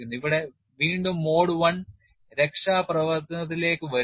ഇവിടെ വീണ്ടും mode I രക്ഷാപ്രവർത്തനത്തിലേക്ക് വരുന്നു